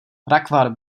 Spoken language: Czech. rakvar